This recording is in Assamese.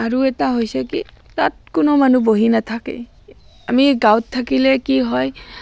আৰু এটা হৈছে কি তাত কোনো মানুহ বহি নাথাকে আমি গাঁৱত থাকিলে কি হয়